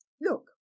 Look